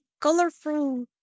colorful